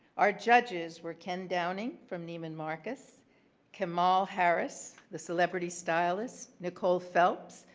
our judges were ken downing from neiman marcus kemal harris, the celebrity stylist nicole phelps,